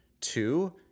Two